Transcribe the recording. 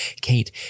Kate